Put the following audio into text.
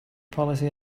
policy